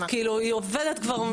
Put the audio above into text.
היא עובדת כבר,